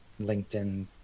LinkedIn